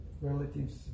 relatives